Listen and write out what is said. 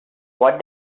what